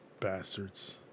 Bastards